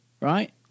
right